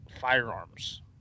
firearms